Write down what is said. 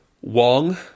Wong